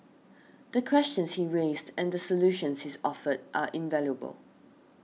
the questions he raised and the solutions he offered are invaluable